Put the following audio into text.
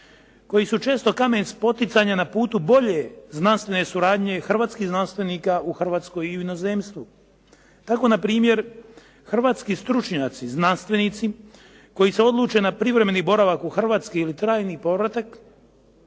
koji su često kamen spoticanja na putu bolje znanstvene suradnje hrvatskih znanstvenika u Hrvatskoj i u inozemstvu. Tako na primjer hrvatski stručnjaci znanstvenici koji se odluče ne privremeni boravak u Hrvatskoj ili trajni povratak